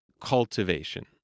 cultivation